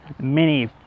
mini